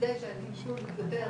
כדי שהילדים יוכלו להתגבר